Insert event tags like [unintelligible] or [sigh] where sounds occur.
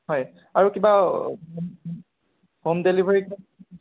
হয় আৰু কিবা [unintelligible] হ'ম ডেলিভাৰি [unintelligible]